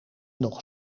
nog